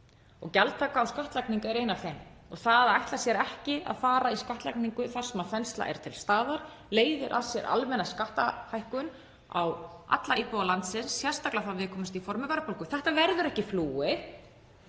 og gjaldtaka og skattlagning er ein af þeim. Það að ætla sér ekki að fara í skattlagningu þar sem þensla er til staðar leiðir af sér almenna skattahækkun á alla íbúa landsins, sérstaklega þá viðkvæmustu, í formi verðbólgu. Þetta verður ekki flúið,